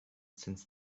since